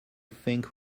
think